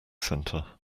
centre